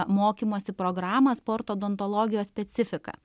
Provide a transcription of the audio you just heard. mokymosi programą sporto odontologijos specifika